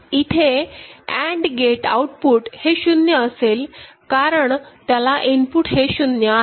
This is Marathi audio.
इथे अँड गेट आउटपुट हे शून्य असेल कारण त्याला इनपुट हे शून्य आहे